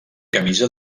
camisa